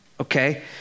okay